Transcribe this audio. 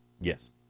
yes